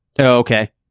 Okay